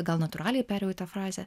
gal natūraliai perėjau į tą frazę